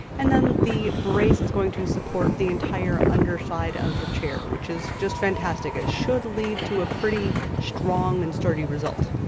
and then the brace is going to support the entire underside of the chair, which is just fantastic. it should lead to a pretty strong and sturdy results.